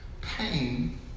pain